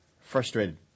frustrated